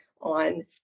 on